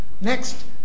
Next